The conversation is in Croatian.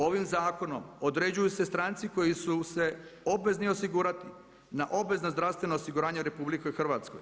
Ovim zakonom određuju se stranci koji su se obvezni osigurati na obvezna zdravstvena osiguranja u RH.